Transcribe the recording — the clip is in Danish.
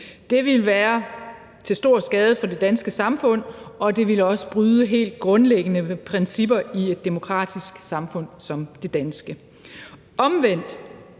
Det ville være til stor skade for det danske samfund, og det ville også bryde helt grundlæggende med principper i et demokratisk samfund som det danske. Omvendt